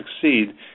succeed